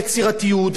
וביקורתיות,